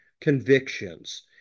convictions